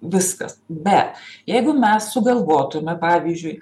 viskas bet jeigu mes sugalvotume pavyzdžiui